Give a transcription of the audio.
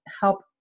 help